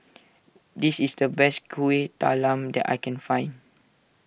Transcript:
this is the best Kuih Talam that I can find